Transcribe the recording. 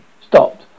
stopped